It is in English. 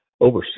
over